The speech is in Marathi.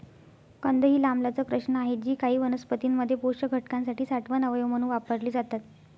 कंद ही लांबलचक रचना आहेत जी काही वनस्पतीं मध्ये पोषक घटकांसाठी साठवण अवयव म्हणून वापरली जातात